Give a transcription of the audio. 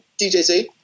DJZ